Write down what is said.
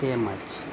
તેમજ